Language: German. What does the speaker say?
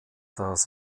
das